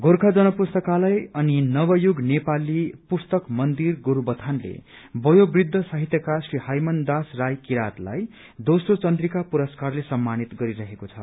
गोर्खा जनपुस्तकालय अनि नवयुग नेपाली पुस्तक मन्दिर गोरूबथानले बयोवृद्ध साहित्यकार श्री हायमानदास राई किरातलाई दोस्रो चन्द्रिका पुरस्कारले सम्मानित गरिरहेको छ